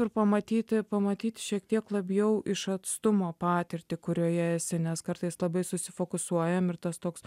ir pamatyti pamatyti šiek tiek labiau iš atstumo patirtį kurioje esi nes kartais labai susifokusuojam ir tas toks